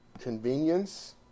convenience